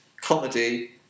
comedy